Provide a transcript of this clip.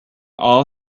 all